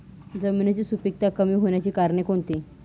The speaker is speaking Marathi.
जमिनीची सुपिकता कमी होण्याची कारणे कोणती?